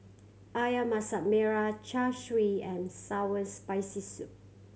Ayam Masak Merah Char Siu and sour Spicy Soup